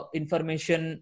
information